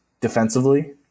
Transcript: defensively